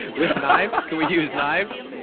with knives, can we use knives?